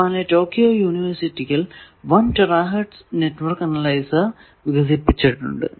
ജപ്പാനിലെ ടോക്കിയോ യൂണിവേഴ്സിറ്റിയിൽ 1 tera hertz network analyser വികസിപ്പിച്ചിട്ടുണ്ട്